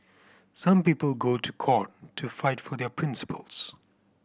some people go to court to fight for their principles